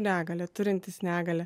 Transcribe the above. negalią turintys negalią